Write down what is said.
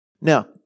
Now